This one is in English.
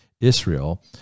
Israel